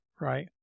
right